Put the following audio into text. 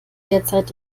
derzeit